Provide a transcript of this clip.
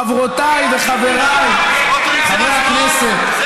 חברותיי וחבריי חברי הכנסת,